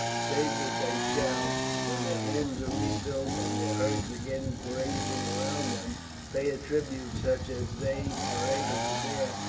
save that they shall when their homes are rebuilt and their herds again grazing around them pay a tribute such as they are able to bear,